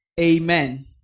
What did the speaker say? Amen